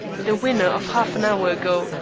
the winner of half an hour ago,